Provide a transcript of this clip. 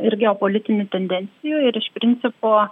ir geopolitinių tendencijų ir iš principo